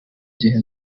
gihe